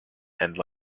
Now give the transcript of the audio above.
and